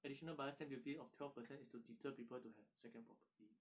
additional buyer stamp duty of twelve percent is to deter people to have second property